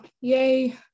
yay